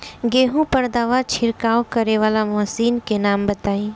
गेहूँ पर दवा छिड़काव करेवाला मशीनों के नाम बताई?